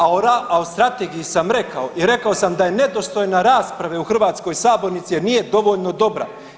A o Strategiji sam rekao i rekao sam da je nedostojna rasprave u hrvatskoj sabornici jer nije dovoljno dobra.